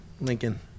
Lincoln